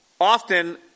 often